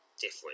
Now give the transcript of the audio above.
different